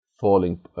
falling